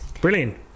Brilliant